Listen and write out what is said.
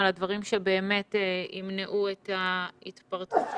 על הדברים שבאמת ימנעו את התפרצות המחלה.